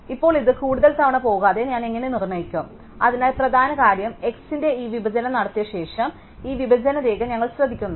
ഇപ്പോൾ ഇത് കൂടുതൽ തവണ പോകാതെ ഞാൻ എങ്ങനെ നിർണ്ണയിക്കും അതിനാൽ പ്രധാന കാര്യം x ന്റെ ഈ വിഭജനം നടത്തിയ ശേഷം ഈ വിഭജന രേഖ ഞങ്ങൾ ശ്രദ്ധിക്കുന്നു